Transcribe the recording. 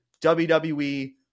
WWE